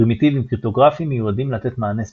פרימיטיבם קריפטוגרפיים מיועדים לתת מענה ספציפי,